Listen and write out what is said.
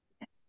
yes